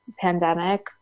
pandemic